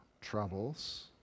troubles